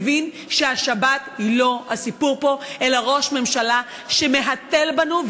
מבין שהשבת היא לא הסיפור פה אלא ראש ממשלה שמהתל בנו.